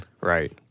Right